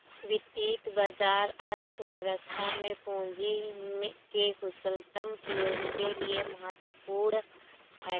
वित्तीय बाजार अर्थव्यवस्था में पूंजी के कुशलतम प्रयोग के लिए महत्वपूर्ण है